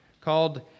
called